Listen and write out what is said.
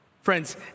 Friends